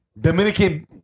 dominican